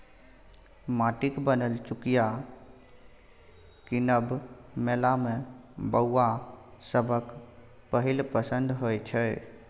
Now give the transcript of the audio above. माटिक बनल चुकिया कीनब मेला मे बौआ सभक पहिल पसंद होइ छै